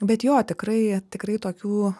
bet jo tikrai tikrai tokių